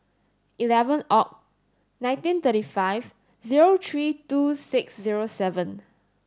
eleven Oct nineteen thirty five zero three two six zero seven